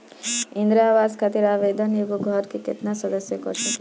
इंदिरा आवास खातिर आवेदन एगो घर के केतना सदस्य कर सकेला?